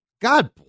God